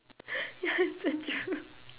ya it's the truth